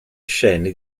scene